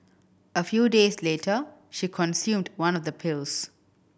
a few days later she consumed one of the pills